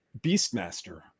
beastmaster